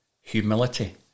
humility